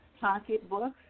pocketbooks